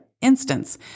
instance